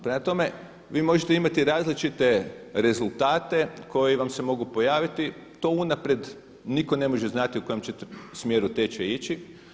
Prema tome, vi možete imati različite rezultate koji vam se mogu pojaviti, to unaprijed nitko ne može znati u kojem će smjeru tečaj ići.